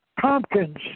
Tompkins